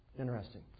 Interesting